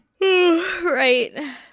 Right